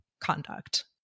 conduct